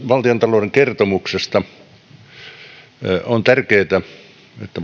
valtiontalouden kertomuksesta on tärkeätä että